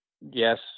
Yes